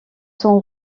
sont